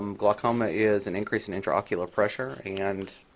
um glaucoma is an increase in intraocular pressure. and